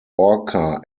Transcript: orca